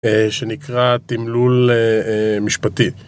שנקרא תמלול משפטי